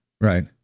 Right